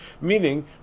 meaning